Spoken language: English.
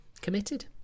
committed